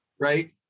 right